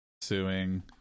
suing